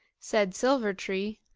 said silver-tree,